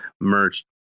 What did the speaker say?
merch